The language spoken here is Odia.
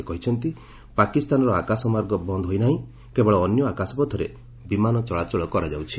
ସେ କହିଛନ୍ତି ପାକିସ୍ତାନର ଆକାଶମାର୍ଗ ବନ୍ଦ ହୋଇ ନାହିଁ କେବଳ ଅନ୍ୟ ଆକାଶପଥରେ ବିମାନ ଚଳାଚଳ କରଯାଉଛି